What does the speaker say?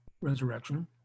resurrection